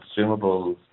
consumables